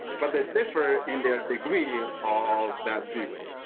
but they differ in their degree of that view.